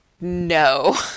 no